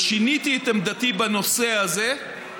ושיניתי את עמדתי בנושא הזה,